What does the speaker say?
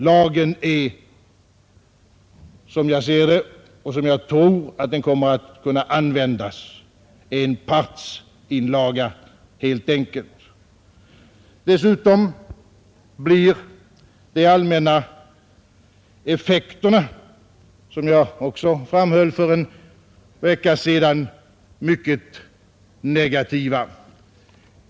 Lagen är, som jag ser den och som jag tror att den kommer att kunna användas, helt enkelt en partsinlaga. Dessutom blir de allmänna effekterna, som jag också framhöll för en vecka sedan, mycket negativa.